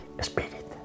Spirit